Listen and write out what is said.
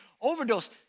overdose